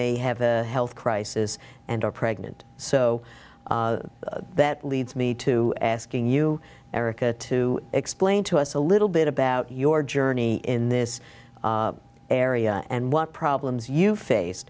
they have a health crisis and are pregnant so that leads me to asking you erica to explain to us a little bit about your journey in this area and what problems you face